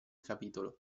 capitolo